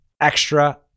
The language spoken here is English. Extra